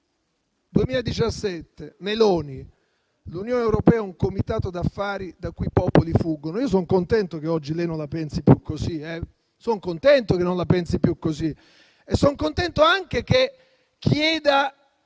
2017: l'Unione europea è un comitato d'affari da cui i popoli fuggono. Io sono contento che oggi lei non la pensi più così, e sono contento anche che chieda